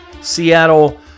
Seattle